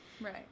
right